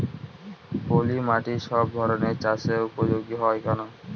পলিমাটি সব ধরনের চাষের উপযোগী হয় কেন?